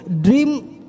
dream